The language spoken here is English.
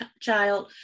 child